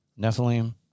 Nephilim